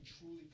truly